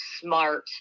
smart